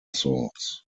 source